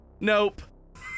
nope